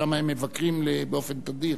שם הם מבקרים באופן תדיר.